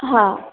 हा